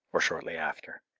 or shortly after.